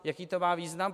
Jaký to má význam?